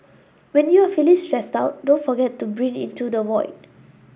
when you are feeling stressed out don't forget to breathe into the void